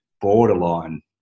borderline